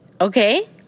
okay